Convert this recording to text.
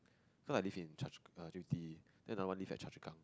cause I live in Choa-Chu-Kang Yew-Tee then I want to live at Choa-Chu-Kang